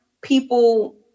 people